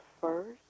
first